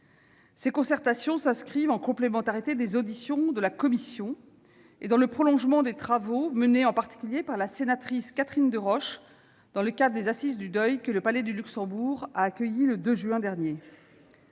Ces concertations s'inscrivent en complémentarité des auditions de la commission, et dans le prolongement des travaux menés en particulier par la sénatrice Catherine Deroche dans le cadre des Assises du deuil que le Palais du Luxembourg a accueillies le 12 avril dernier.